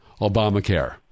Obamacare